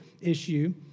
issue